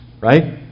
right